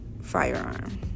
firearm